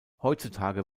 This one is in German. heutzutage